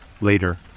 Later